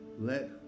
let